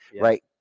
right